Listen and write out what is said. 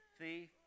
thief